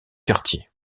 quartier